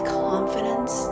confidence